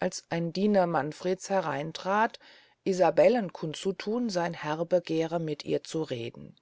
als ein diener manfreds hereintrat isabellen kund zu thun sein herr begehre mit ihr zu reden